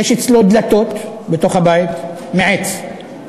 יש אצלו דלתות בתוך הבית, מעץ.